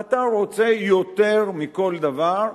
אתה רוצה יותר מכל דבר,